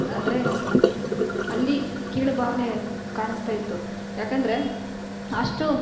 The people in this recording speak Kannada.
ಅಂದರೆ ಅಲ್ಲಿ ಕೀಳ್ಭಾವ್ನೆ ಕಾಣಸ್ತಾ ಇತ್ತು ಯಾಕಂದರೆ ಅಷ್ಟು